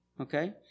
okay